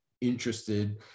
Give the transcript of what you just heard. interested